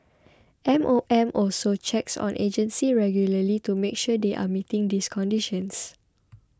M O M also checks on agencies regularly to make sure they are meeting these conditions